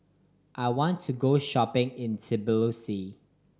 I want to go shopping in Tbilisi